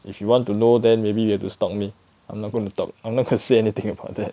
if you want to know then maybe you have to stalk me I'm not going to talk I'm not going to say anything about that